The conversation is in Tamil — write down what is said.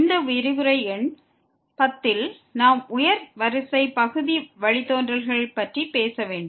இந்த விரிவுரை எண் 10 ல் நாம் உயர் வரிசை பகுதி வழித்தோன்றல்கள் பற்றி பேச இருக்கிறோம்